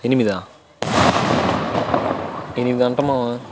ఎనిమిదా ఎనిమిదంటే మా